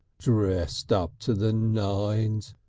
dressed up to the nines.